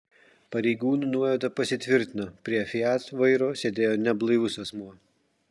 pareigūnų nuojauta pasitvirtino prie fiat vairo sėdėjo neblaivus asmuo